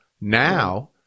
Now